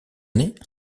année